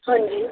ਹਾਂਜੀ